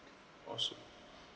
awesome